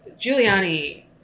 Giuliani